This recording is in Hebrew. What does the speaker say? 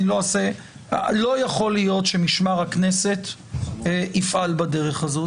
לא יכול להיות שמשמר הכנסת יפעל בדרך הזאת.